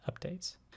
updates